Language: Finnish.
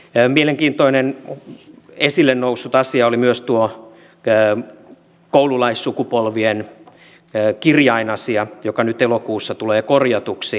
mielenkiintoinen esille noussut asia oli myös tuo koululaissukupolvien kirjainasia joka nyt elokuussa tulee korjatuksi